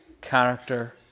character